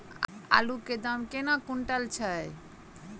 आलु केँ दाम केना कुनटल छैय?